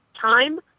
time